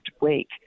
week